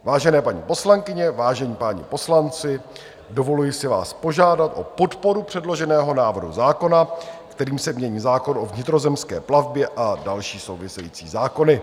Vážené paní poslankyně, vážení páni poslanci, dovoluji si váš požádat o podporu předloženého návrhu zákona, kterým se mění zákon o vnitrozemské plavbě a další související zákony.